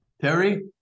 Terry